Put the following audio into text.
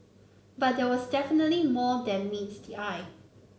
but there was definitely more than meets the eye